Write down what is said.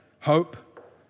hope